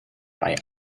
bei